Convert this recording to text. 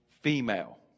female